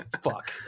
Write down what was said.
fuck